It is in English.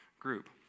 group